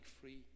free